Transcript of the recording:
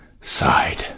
sighed